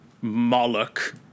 Moloch